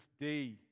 day